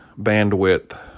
bandwidth